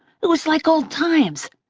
it was like old times,